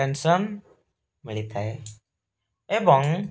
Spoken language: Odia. ପେନ୍ସନ୍ ମିଳିଥାଏ ଏବଂ